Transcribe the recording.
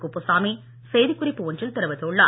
குப்புசாமி செய்திக்குறிப்பு ஒன்றில் தெரிவித்துள்ளார்